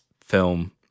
film